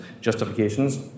justifications